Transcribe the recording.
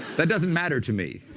that doesn't matter to me.